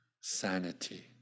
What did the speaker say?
sanity